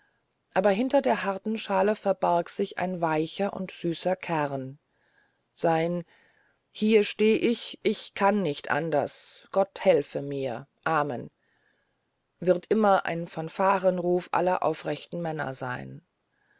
aber hinter der harten schale verbarg sich ein weicher und süßer kern sein hier stehe ich ich kann nicht anders gott helfe mir amen wird immer ein fanfarenruf aller aufrechten männer sein